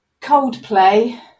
Coldplay